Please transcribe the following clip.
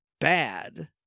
bad